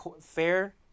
fair